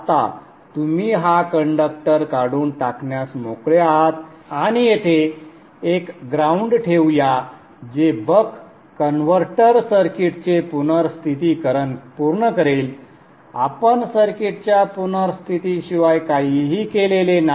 आता तुम्ही हा कंडक्टर काढून टाकण्यास मोकळे आहात आणि येथे एक ग्राउंड ठेवूया जे बक कन्व्हर्टर सर्किटचे पुनर्स्थिती करण पूर्ण करेल आपण सर्किटच्या पुनर्स्थितीशिवाय काहीही केलेले नाही